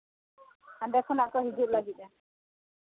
ᱦᱟᱱᱰᱮ ᱠᱷᱚᱱᱟᱜ ᱠᱚ ᱦᱤᱡᱩᱜ ᱞᱟᱹᱜᱤᱫᱼᱟ